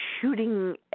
shooting